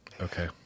Okay